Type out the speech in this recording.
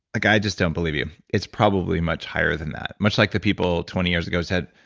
like i just don't believe you. it's probably much higher than that, much like the people twenty years ago said,